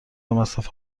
مصرف